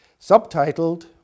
subtitled